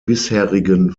bisherigen